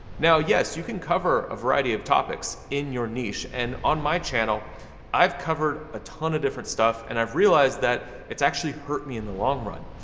now, yes you can cover a variety of topics in your niche, and on my channel i've covered a ton of different stuff, and i've realized that it's actually hurt me in the long run.